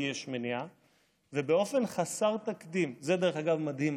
הישיבה המאה-ותשע של הכנסת העשרים-ושלוש יום רביעי,